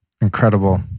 Incredible